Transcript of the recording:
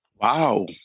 Wow